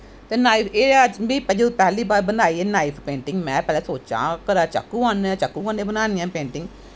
ते एह् नाईफ पैह्ली बार बनाई ऐ नाईफ बनाई ऐ पेंटिंग में कदैं सोचां कदैं पेंटिंग कन्नै बनानेआं पेंटिंग